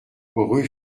rue